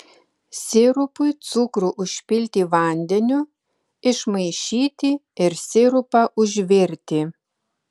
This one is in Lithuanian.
sirupui cukrų užpilti vandeniu išmaišyti ir sirupą užvirti